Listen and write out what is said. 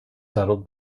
settled